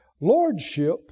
Lordship